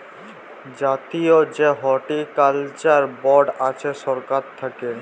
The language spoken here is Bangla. জাতীয় যে হর্টিকালচার বর্ড আছে সরকার থাক্যে